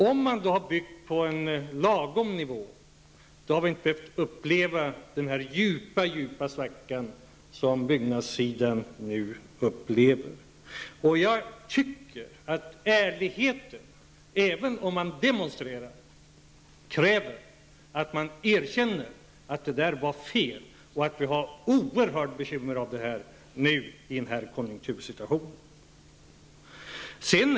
Om man hade byggt på en lagom nivå hade vi inte behövt uppleva den djupa svacka som byggnadssektorn nu upplever. Även om man demonstrerar tycker jag att ärligheten kräver att man erkänner att detta var fel och att vi har oerhörda bekymmer av detta i den här konjunktursituationen.